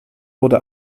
wurde